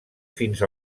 fins